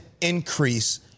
increase